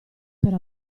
per